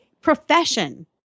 profession